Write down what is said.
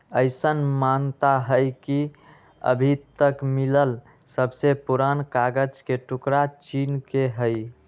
अईसन मानता हई कि अभी तक मिलल सबसे पुरान कागज के टुकरा चीन के हई